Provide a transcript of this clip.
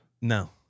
No